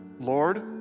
Lord